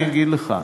בסדר, אני אגיד לך.